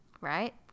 right